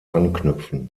anknüpfen